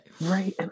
Right